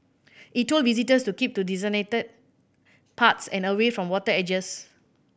it told visitors to keep to designated paths and away from water edges